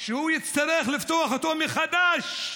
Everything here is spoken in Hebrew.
שהוא יצטרך לפתוח אותו מחדש,